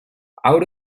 out